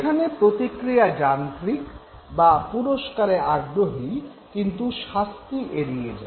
এখানে প্রতিক্রিয়া যান্ত্রিক যা পুরস্কারে আগ্রহী কিন্তু শাস্তি এড়িয়ে যায়